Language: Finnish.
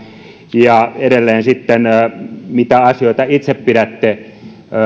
ja edelleen mitä asioita itse pidätte